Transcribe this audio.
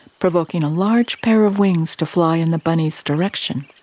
provoking a large pair of wings to fly in the bunny's direction.